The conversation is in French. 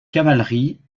cavalerie